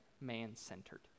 man-centered